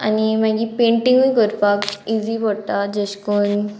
आनी मागी पेंटींगूय करपाक इजी पडटा जेश कोन